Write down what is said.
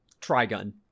trigun